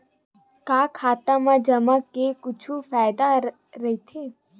का खाता मा जमा के कुछु फ़ायदा राइथे?